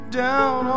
down